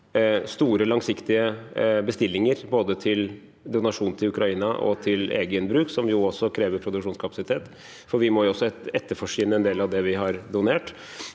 2031 siktige bestillinger, både til donasjon til Ukraina og til egen bruk – som jo også krever produksjonskapasitet, for vi må jo også etterforsyne en del av det vi har donert